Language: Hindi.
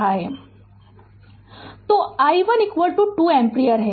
Refer Slide Time 3401 तो i1 2 एम्पीयर